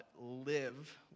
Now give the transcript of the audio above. live